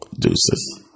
Deuces